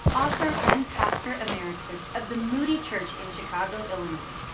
author and pastor emeritus of the moody church in chicago, illinois.